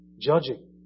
judging